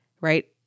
right